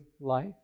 life